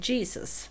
Jesus